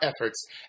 efforts